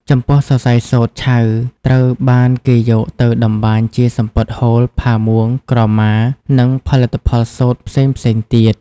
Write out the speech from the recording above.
ចំពោះសរសៃសូត្រឆៅត្រូវបានគេយកទៅតម្បាញជាសំពត់ហូល ផាមួង ក្រមា និងផលិតផលសូត្រផ្សេងៗទៀត។